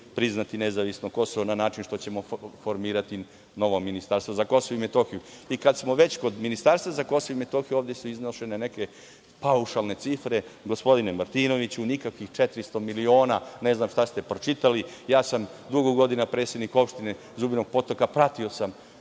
priznati nezavisno Kosovo na način što ćemo formirati novo ministarstvo za Kosovo i Metohiju. Kad smo već kod Ministarstva za Kosovo i Metohiju, ovde su iznošene neke paušalne cifre. Gospodine Martinoviću, nikakvih 400 miliona, ne znam šta ste pročitali, ja sam dugo godina predsednik opštine Zubinog Potoka i pratio sam